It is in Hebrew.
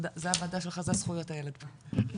זה הוועדה שלך, זה זכויות הילד פה.